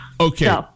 okay